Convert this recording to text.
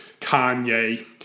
Kanye